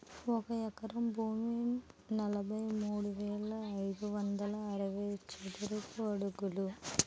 ఒక ఎకరం భూమి నలభై మూడు వేల ఐదు వందల అరవై చదరపు అడుగులు